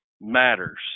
matters